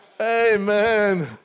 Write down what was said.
Amen